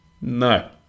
No